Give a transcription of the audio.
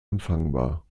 empfangbar